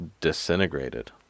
disintegrated